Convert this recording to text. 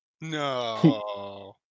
No